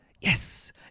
yes